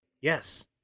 Yes